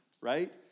right